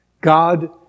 God